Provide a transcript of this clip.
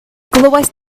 glywaist